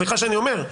סליחה שאני אומר,